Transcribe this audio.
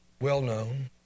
well-known